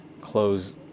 close